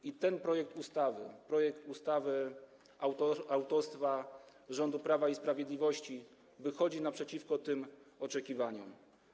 I ten projekt ustawy, projekt ustawy autorstwa rządu Prawa i Sprawiedliwości, wychodzi naprzeciw tym oczekiwaniom.